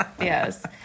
Yes